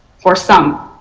for some.